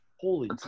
holy